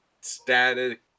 static